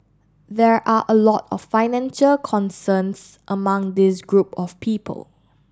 there are a lot of financial concerns among this group of people